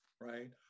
right